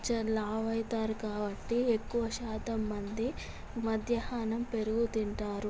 చాలా లావు అవుతారు కాబట్టి ఎక్కువ శాతం మంది మధ్యాహ్నం పెరుగు తింటారు